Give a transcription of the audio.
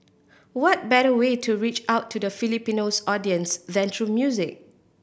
what better way to reach out to the Filipinos audience than through music